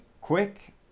quick